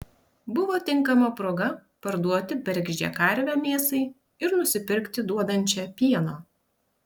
buvo tinkama proga parduoti bergždžią karvę mėsai ir nusipirkti duodančią pieno